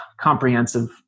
comprehensive